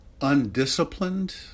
undisciplined